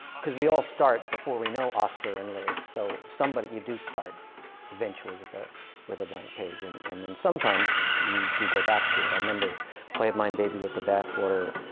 cuz we all start before we know oskar and liz. so, somebody you do start eventually with a with a blank page. and and then sometimes, you do go back to it. i remember, a play of mine, baby with the bathwater,